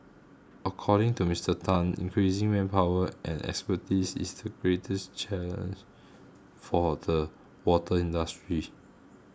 according to Mister Tan increasing manpower and expertise is the greatest challenge for the water industry